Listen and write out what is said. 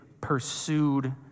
pursued